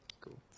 cool